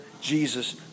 Jesus